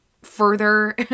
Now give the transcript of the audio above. further